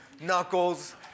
knuckles